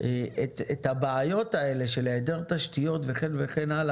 את הבעיות האלה של היעדר תשתיות וכן האלה,